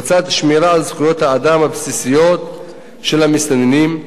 בצד שמירה על זכויות האדם הבסיסיות של המסתננים.